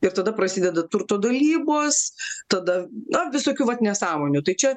ir tada prasideda turto dalybos tada na visokių vat nesąmonių tai čia